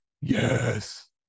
yes